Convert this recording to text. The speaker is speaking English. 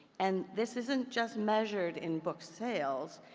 and this isn't just measured in book sales,